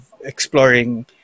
exploring